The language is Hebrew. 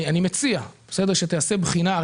אני מציע שתיעשה בחינה.